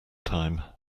time